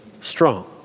strong